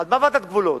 על מה ועדת גבולות?